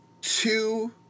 two